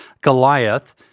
Goliath